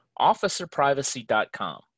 OfficerPrivacy.com